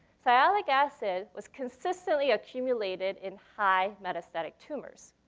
sialic acid was consistently accumulated in high-metastatic tumors.